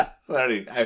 Sorry